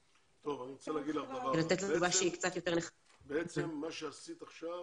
אני רוצה להגיד לך דבר אחד, בעצם מה שעשית עכשיו,